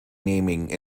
naming